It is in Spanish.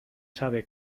sabe